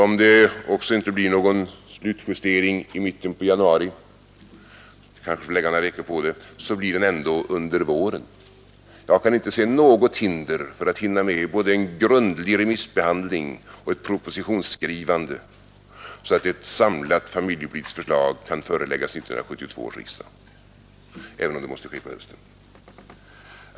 Om det också inte blir någon slutjustering i mitten på januari — vi kanske får lägga till några veckor — blir det ändå en slutjustering under våren. Jag kan inte se något hinder för att hinna med både en grundlig remissbehandling och ett propositionsskrivande, så att ett samlat familjepolitiskt förslag kan föreläggas 1972 års riksdag, även om det måste bli på hösten.